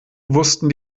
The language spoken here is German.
wussten